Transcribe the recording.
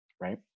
right